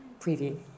preview